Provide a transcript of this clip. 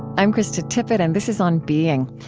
i'm krista tippett and this is on being.